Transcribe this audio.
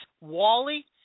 Wally